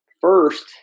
First